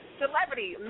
celebrity